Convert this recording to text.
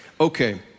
Okay